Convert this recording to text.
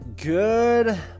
Good